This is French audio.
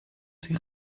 ses